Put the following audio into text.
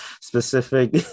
specific